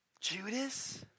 Judas